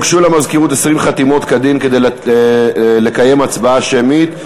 הוגשו למזכירות 20 חתימות כדין כדי לקיים הצבעה שמית.